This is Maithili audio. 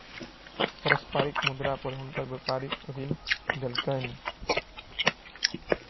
पारस्परिक मुद्रा पर हुनका व्यापारी ऋण देलकैन